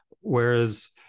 whereas